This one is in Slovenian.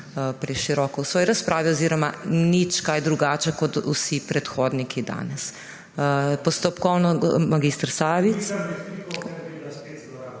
preširoko v svoji razpravi oziroma nič kaj drugače kot vsi predhodniki danes. Postopkovno, gospod